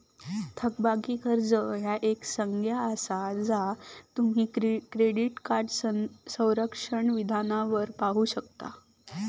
थकबाकी कर्जा ह्या एक संज्ञा असा ज्या तुम्ही क्रेडिट कार्ड सारांश विधानावर पाहू शकता